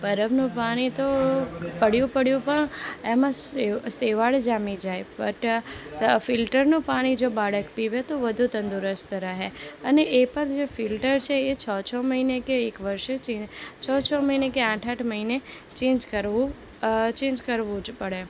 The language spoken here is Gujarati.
પરબનું પાણી તો પડયું પડયું પણ એમાં શેવ શેવાળ જામી જાય છે બટ ફિલ્ટરનું પાણી જો બાળક પીવે તો વધુ તંદુરસ્ત રહે અને એ પણ જે ફીલ્ટર છે એ છ છ મહિને કે એક વર્ષે ચેન્જ છ છ મહિને કે આઠ આઠ મહિને ચેન્જ ચેન્જ કરવું જ પડે